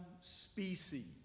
species